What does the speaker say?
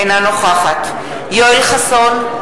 אינה נוכחת יואל חסון,